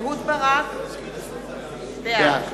אהוד ברק, בעד